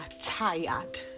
tired